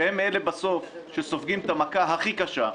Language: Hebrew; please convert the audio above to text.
שהם אלה שסופגים בסוף את המכה הכי קשה.